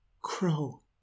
crow